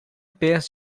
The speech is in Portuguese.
pés